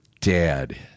dad